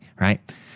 right